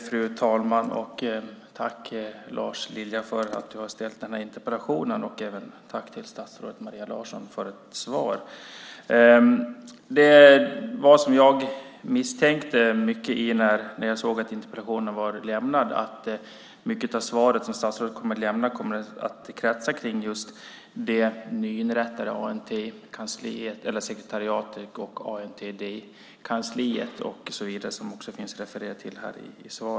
Fru talman! Jag tackar Lars Lilja för att han har ställt denna interpellation. Jag tackar även statsrådet Maria Larsson för svaret. Det blev som jag misstänkte när jag såg att interpellationen var framställd, nämligen att mycket av statsrådets svar kretsar kring det nyinrättade ANT-sekretariatet och ANT-kansliet och så vidare.